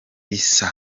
issa